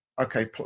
okay